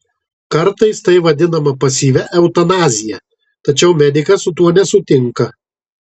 kartais tai vadinama pasyvia eutanazija tačiau medikas su tuo nesutinka